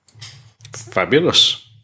Fabulous